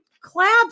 claps